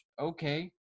okay